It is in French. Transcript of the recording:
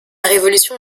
révolution